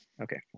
Okay